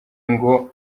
ngo